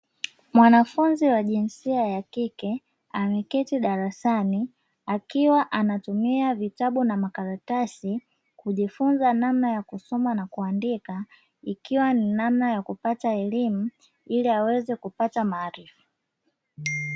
Mwanafunzi wa jinsia ya kike ameketi darasani, akiwa anatumia vitabu na makaratasi, akijifunza namna ya kusoma na kuandika, ikiwa ni namna ya kupata elimu ili aweze kupata maarifa.